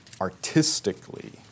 artistically